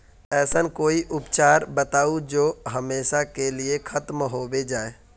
ऐसन कोई उपचार बताऊं जो हमेशा के लिए खत्म होबे जाए?